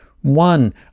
one